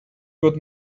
got